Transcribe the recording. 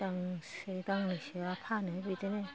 गांसे गांनैसोया फानो बिदिनो